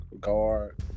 guard